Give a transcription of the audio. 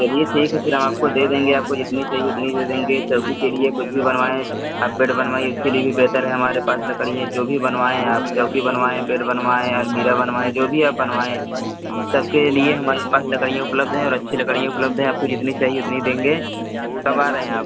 चलिए ठीक है फिर हम आपको दे देंगे आपको जितनी चाहिए उतनी दे देंगे चौकी के लिए कुछ भी बनवाएँ आप बेड बनवाइए इसके लिए भी बेहतर है हमारे पास लकड़ी हैं जो भी बनवाएँ आप चौकी बनवाएँ बेड बनवाएँ अलमीरा बनवाएँ जो भी आप बनवाएँ सबके लिए हमारे पास लकड़ियाँ उपलब्ध हैं और अच्छी लकड़ियाँ उपलब्ध हैं आपको जितनी चाहिए उतनी देंगे कब आ रहें आप